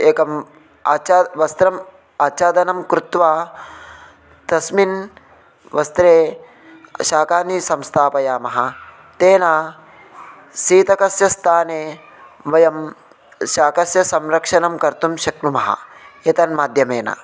एकम् आच्छादनवस्त्रम् आच्छादनं कृत्वा तस्मिन् वस्त्रे शाकानि संस्थापयामः तेन शीतकस्य स्थाने वयं शाकस्य संरक्षणं कर्तुं शक्नुमः एतेन माध्यमेन